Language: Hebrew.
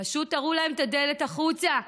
פשוט תראו להם את הדלת החוצה.